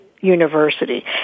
university